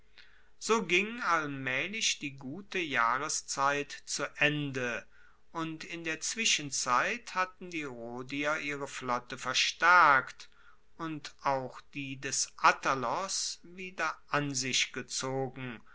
so ging allmaehlich die gute jahreszeit zu ende und in der zwischenzeit hatten die rhodier ihre flotte verstaerkt und auch die des attalos wieder an sich gezogen